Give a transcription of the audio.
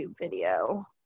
video